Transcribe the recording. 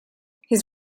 his